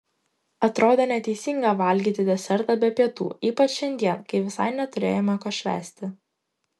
atrodė neteisinga valgyti desertą be pietų ypač šiandien kai visai neturėjome ko švęsti